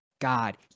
God